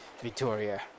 Victoria